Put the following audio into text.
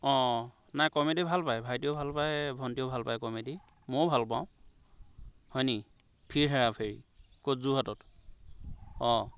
অঁ নাই কমেডি ভাল পায় ভাইটিয়েও ভালপায় ভণ্টিয়েও ভালপায় কমেডি ময়ো ভালপাওঁ হয় নেকি ফিৰ হেৰা ফেৰি ক'ত যোৰহাটত অঁ